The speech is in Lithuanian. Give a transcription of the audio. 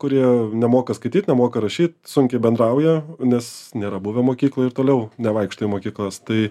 kurie nemoka skaityt nemoka rašyt sunkiai bendrauja nes nėra buvę mokykloj ir toliau nevaikšto į mokyklas tai